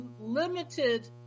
limited